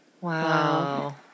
Wow